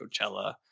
Coachella